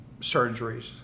surgeries